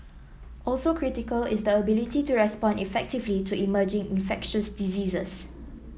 also critical is the ability to respond effectively to emerging infectious diseases